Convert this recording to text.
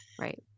right